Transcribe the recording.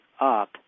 up